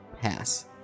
pass